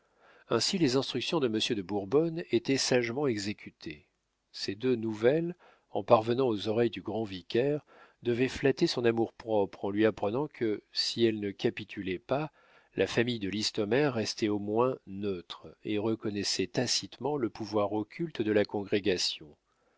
ainsi les instructions de monsieur de bourbonne étaient sagement exécutées ces deux nouvelles en parvenant aux oreilles du grand vicaire devaient flatter son amour-propre en lui apprenant que si elle ne capitulait pas la famille de listomère restait au moins neutre et reconnaissait tacitement le pouvoir occulte de la congrégation